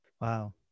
wow